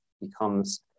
becomes